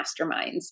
masterminds